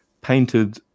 painted